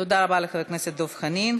תודה רבה לחבר הכנסת דב חנין.